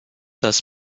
das